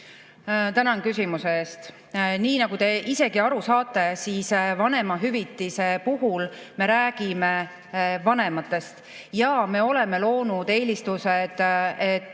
Tänan küsimuse eest! Nii nagu te isegi aru saate, vanemahüvitise puhul me räägime vanematest. Me oleme loonud eelistused, et